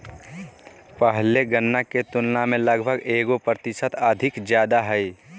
पहले गणना के तुलना में लगभग एगो प्रतिशत अधिक ज्यादा हइ